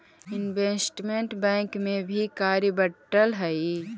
investment bank में भी कार्य बंटल हई